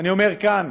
ואני אומר כאן,